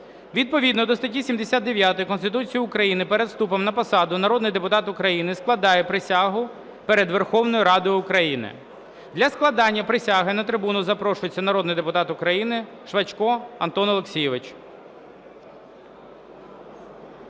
Відповідно до статті 79 Конституції України перед вступом на посаду народний депутат складає присягу перед Верховною Радою України. Для складання присяги на трибуну запрошується народний депутат України Швачко Антон Олексійович.